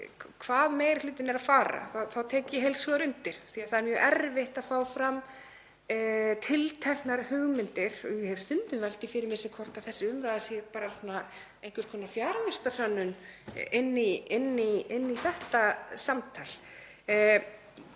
hvað meiri hlutinn er að fara þá tek ég heils hugar undir það. Það er mjög erfitt að fá fram tilteknar hugmyndir. Ég hef stundum velt því fyrir mér hvort þessi umræða sé bara einhvers konar fjarvistarsönnun inn í þetta samtal.